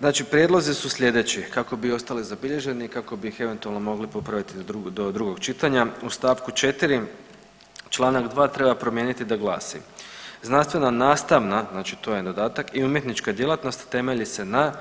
Znači prijedlozi su slijedeći, kako bi ostali zabilježeni i kako bi ih eventualno mogli popraviti do drugog čitanja u st. 4. čl. 2. treba promijeniti da glasi, znanstvena nastavna, znači to je dodatak, i umjetnička djelatnost temelji se na